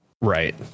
Right